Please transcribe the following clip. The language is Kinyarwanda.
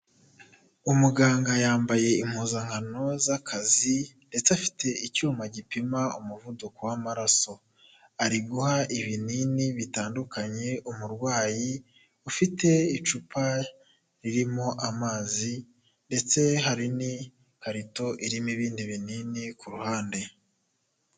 Umuganga yambaye impuzankano z'akazi ndetse afite icyuma gipima umuvuduko w'amaraso, ari guha ibinini bitandukanye umurwayi ufite icupa ririmo amazi ndetse hari n'ikarito irimo ibindi binini ku ruhande.